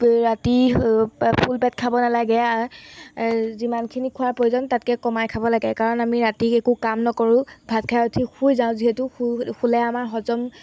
ৰাতি ফুল পেট খাব নালাগে যিমানখিনি খোৱাৰ প্ৰয়োজন তাতকৈ কমাই খাব লাগে কাৰণ আমি ৰাতি একো কাম নকৰোঁ ভাত খাই উঠি শুই যাওঁ যিহেতু শুই শুলে আমাৰ হজম